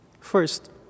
First